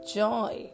joy